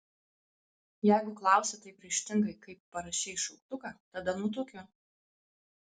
jeigu klausi taip ryžtingai kaip parašei šauktuką tada nutuokiu